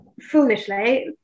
Foolishly